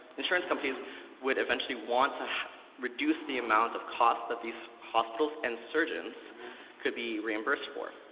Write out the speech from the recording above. insurance companies would eventually want to reduce the amount of costs that these hospitals and surgeons could be reimbursed for.